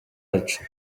hacu